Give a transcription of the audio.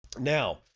Now